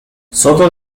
soto